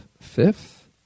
fifth